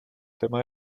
tema